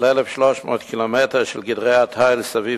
על 1,300 קילומטר של גדרי התיל סביב